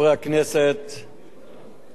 אנחנו נמצאים ביום היסטורי היום.